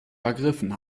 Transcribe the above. vergriffen